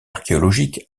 archéologique